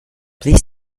please